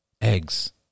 eggs